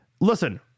Listen